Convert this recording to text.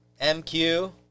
mq